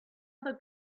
other